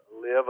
Live